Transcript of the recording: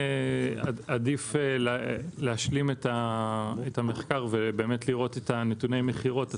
עדיף להשלים את המחקר ולראות את נתוני המכירות עצמם,